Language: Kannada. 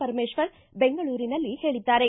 ಪರಮೇಶ್ವರ ಬೆಂಗಳೂರಿನಲ್ಲಿ ಹೇಳದ್ದಾರೆ